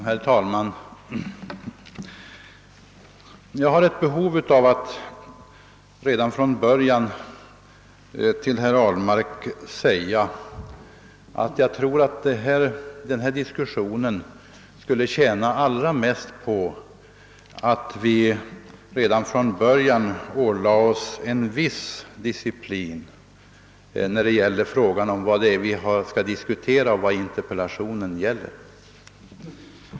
Herr talman! Jag har ett behov av att redan från början till herr Ahlmark säga, att jag tror att denna diskussion skulle tjäna allra mest på att vi ålade oss en viss disciplin i fråga om vad vi skall diskutera och vad interpellationen gäller.